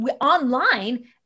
online